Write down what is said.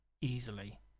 easily